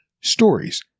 stories